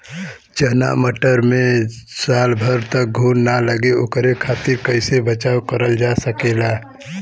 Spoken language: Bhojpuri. चना मटर मे साल भर तक घून ना लगे ओकरे खातीर कइसे बचाव करल जा सकेला?